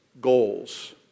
goals